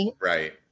right